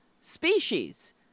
species